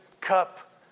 cup